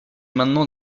maintenant